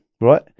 right